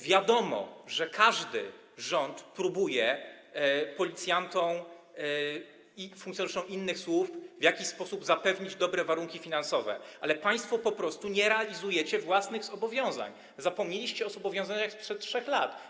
Wiadomo, że każdy rząd próbuje policjantom i funkcjonariuszom innych służb w jakiś sposób zapewnić dobre warunki finansowe, ale państwo po prostu nie realizujecie własnych zobowiązań, zapomnieliście o zobowiązaniach sprzed 3 lat.